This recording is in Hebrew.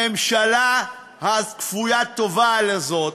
הממשלה כפוית הטובה הזאת